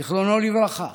זיכרונו לברכה,